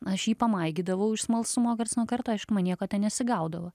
aš jį pamaigydavau iš smalsumo karts nuo karto aišku man nieko ten nesigaudavo